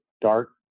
dark